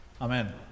Amen